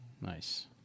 Nice